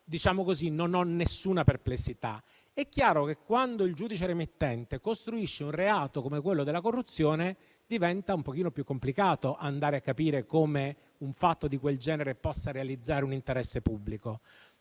non ho alcuna perplessità. È chiaro che, quando il giudice remittente costruisce un reato come quello della corruzione, diventa un po' più complicato capire come un fatto di quel genere possa realizzare un interesse pubblico.